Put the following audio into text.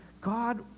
God